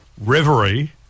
Reverie